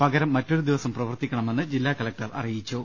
പകരം മറ്റൊരുദിവസം പ്രവർത്തിക്കണമെന്ന് ജില്ലാകലക്ടർ അറിയിച്ചു